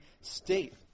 state